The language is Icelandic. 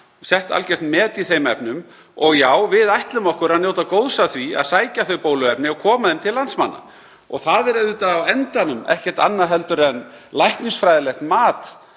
sett algjört met í þeim efnum. Og já, við ætlum okkur að njóta góðs af því að sækja þau bóluefni og koma þeim til landsmanna. Það er auðvitað á endanum ekkert annað en læknisfræðilegt mat